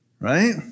Right